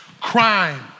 crime